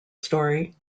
story